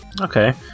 Okay